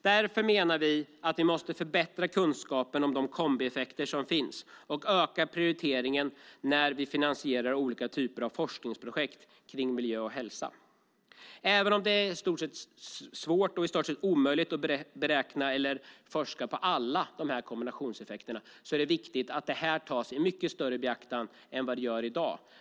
Därför menar vi att vi måste förbättra kunskapen om de kombieffekter som finns och höja prioriteringen när vi finansierar forskningsprojekt gällande miljö och hälsa. Även om det i stort sett är omöjligt att beräkna och forska på alla kombinationseffekter är det viktigt att frågan tas mycket mer i beaktande än vad fallet är i dag.